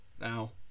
now